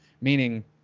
Meaning